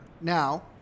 Now